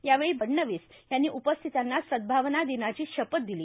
यावेळी फडणवीस यांनी उपस्थितांना सद्भावना दिनः ची शपथ दिली